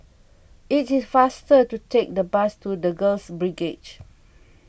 It is faster to take the bus to the Girls Brigade